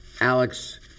Alex